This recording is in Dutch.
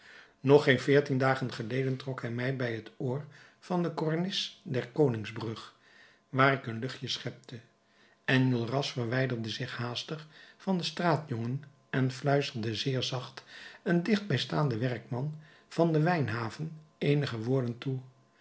nog geen veertien dagen geleden trok hij mij bij het oor van de kornis der koningsbrug waar ik een luchtje schepte enjolras verwijderde zich haastig van den straatjongen en fluisterde zeer zacht een dichtbij staanden werkman van de wijnhaven eenige woorden toe